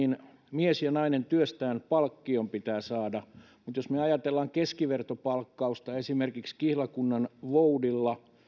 miehen ja naisen työstään palkkio pitää saada mutta jos me ajattelemme keskivertopalkkausta esimerkiksi kihlakunnanvoudilla